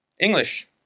English